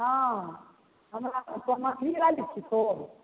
हँ हमरा तो मछली वाली छिको